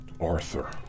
Arthur